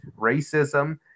Racism